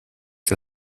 der